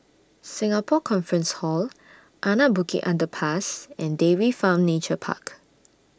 Singapore Conference Hall Anak Bukit Underpass and Dairy Farm Nature Park